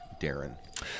Darren